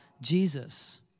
Jesus